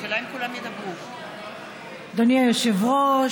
אדוני היושב-ראש,